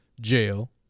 jail